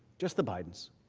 just the bidens.